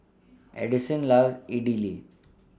Edison loves Idili